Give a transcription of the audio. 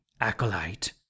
acolyte